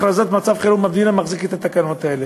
הכרזת מצב חירום במדינה מחזיקה את התקנות האלה.